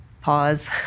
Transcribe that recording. pause